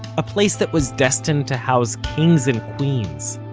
a place that was destined to house kings and queens,